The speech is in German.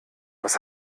was